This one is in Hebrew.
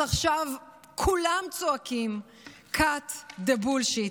אז עכשיו כולם צועקים cut the bullshit,